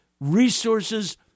resources